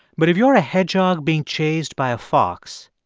but if you're a hedgehog being chased by a fox,